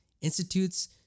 institutes